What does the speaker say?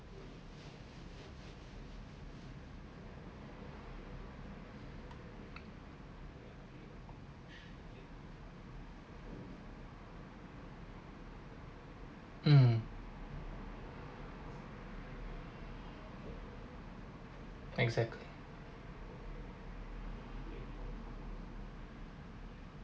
mm exactly